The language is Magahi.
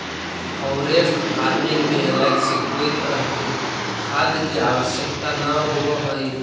फॉरेस्ट फार्मिंग में अलग से कोई तरह के खाद के आवश्यकता न होवऽ हइ